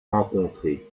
rencontré